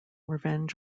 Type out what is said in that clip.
revenge